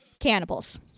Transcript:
Cannibals